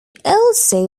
also